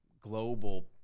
global